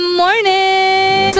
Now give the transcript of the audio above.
morning